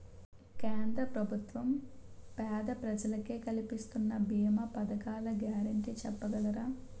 కేంద్ర ప్రభుత్వం పేద ప్రజలకై కలిపిస్తున్న భీమా పథకాల గ్యారంటీ చెప్పగలరా?